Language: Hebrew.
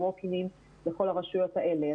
בווק-אינים בכל הרשויות האלה,